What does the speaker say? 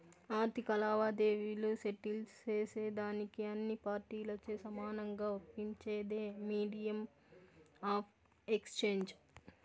ఆర్థిక లావాదేవీలు సెటిల్ సేసేదానికి అన్ని పార్టీలచే సమానంగా ఒప్పించేదే మీడియం ఆఫ్ ఎక్స్చేంజ్